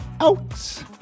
out